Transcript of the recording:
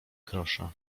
grosza